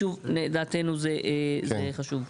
שלדעתנו הוא חשוב.